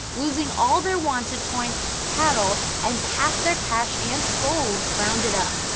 losing all their wanted points, cattle, and half their cash and gold, rounded up.